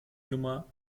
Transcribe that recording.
nummer